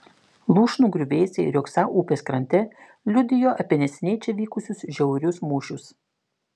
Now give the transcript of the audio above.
lūšnų griuvėsiai riogsą upės krante liudijo apie neseniai čia vykusius žiaurius mūšius